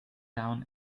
down